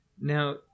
Now